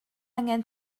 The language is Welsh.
angen